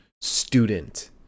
student